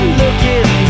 looking